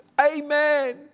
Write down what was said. Amen